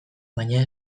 baina